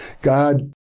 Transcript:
God